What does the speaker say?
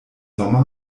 sommer